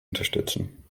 unterstützen